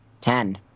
ten